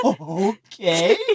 Okay